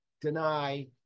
deny